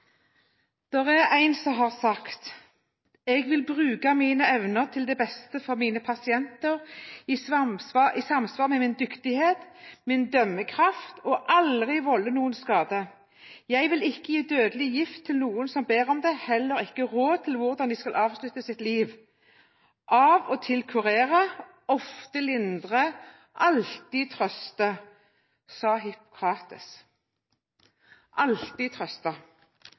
en som har sagt: «Jeg vil bruke mine evner for det beste for mine pasienter i samsvar med min dyktighet og min dømmekraft og aldri volde noe skade. Jeg vil ikke gi dødelig gift til noen som ber om det, heller ikke gi råd til hvordan de kan avslutte sitt liv. Av og til kurere, ofte lindre, alltid trøste.» Dette sa